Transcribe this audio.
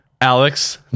Alex